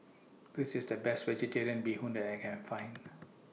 This IS The Best Vegetarian Bee Hoon that I Can Find